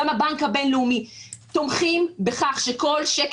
גם הבנק הבין-לאומי תומכים בכך שכל שקל